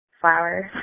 flowers